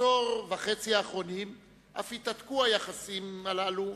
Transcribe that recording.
בעשור וחצי האחרונים אף התהדקו היחסים הללו